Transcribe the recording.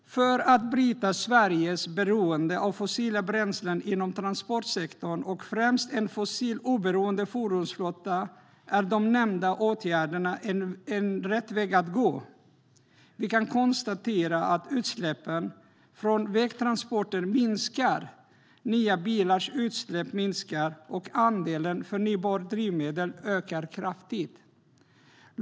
För att bryta Sveriges beroende av fossila bränslen inom transportsektorn och främja en fossiloberoende fordonsflotta är de nämnda åtgärderna rätt väg att gå. Vi kan konstatera att utsläppen från vägtransporter minskar. Nya bilars utsläpp minskar, och andelen förnybara drivmedel ökar kraftigt.